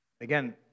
Again